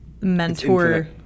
mentor